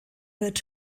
wird